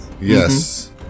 Yes